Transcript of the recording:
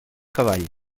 cavall